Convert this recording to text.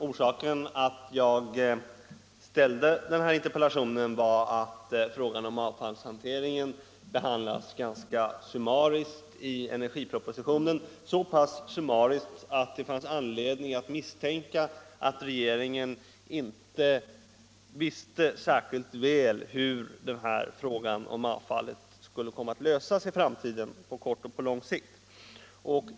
Orsaken till att jag framställde den var att frågan om avfallshanteringen behandlas ganska summariskt i energipropositionen — så pass summariskt att det fanns anledning att misstänka att regeringen inte visste särskilt väl hur den frågan skulle komma att lösas i framtiden, på kort och på lång sikt.